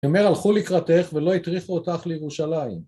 אומר הלכו לקראתך ולא הטריפו אותך לירושלים